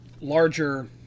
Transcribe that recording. larger